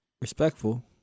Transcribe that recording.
respectful